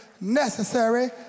necessary